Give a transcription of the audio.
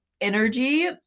energy